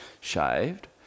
shaved